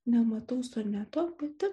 nematau soneto pati